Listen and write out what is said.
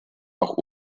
auch